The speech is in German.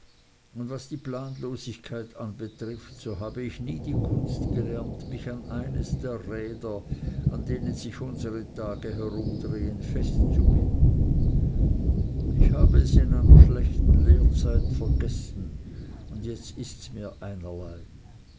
und was die planlosigkeit anbetrifft so habe ich nie die kunst gelernt mich an eines der räder an denen sich unsre tage herumdrehen festzubinden ich habe es in einer schlechten lehrzeit vergessen und jetzt ists mir einerlei